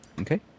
Okay